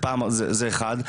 זה אחד,